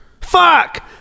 Fuck